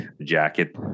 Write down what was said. jacket